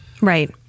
right